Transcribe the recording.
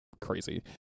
crazy